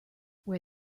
where